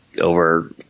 over